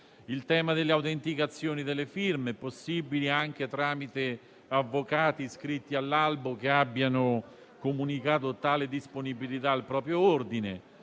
Inoltre, le autenticazioni delle firme saranno possibili anche tramite avvocati iscritti all'albo che abbiano comunicato tale disponibilità al proprio ordine;